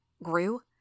Grew